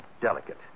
delicate